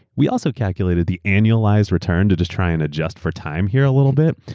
we also calculated the annualized return to just try and adjust for time here a little bit.